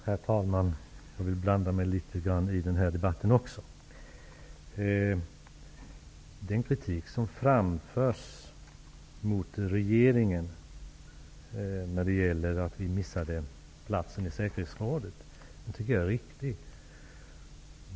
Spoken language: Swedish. Herr talman! Jag tänker blanda mig i också den här debatten. Den kritik som framförts mot regeringen, när Sverige missade platsen i säkerhetsrådet, tycker jag är riktig.